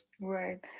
right